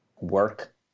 work